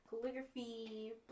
calligraphy